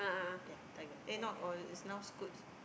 ya tiger eh not all is now scoots